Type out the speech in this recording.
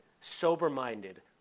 sober-minded